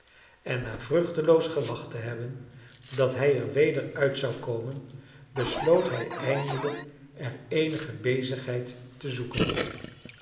en na vruchtloos gewacht te hebben dat hij er weder uit zou komen besloot hij eindelijk er eenige bezigheid te zoeken